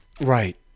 Right